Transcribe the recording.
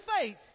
faith